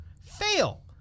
fail